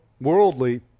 worldly